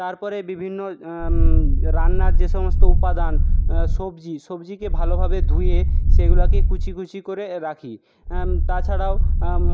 তার পরে বিভিন্ন রান্নার যে সমস্ত উপাদান সবজি সবজিকে ভালোভাবে ধুয়ে সেগুলোকে কুচি কুচি করে রাখি তাছাড়াও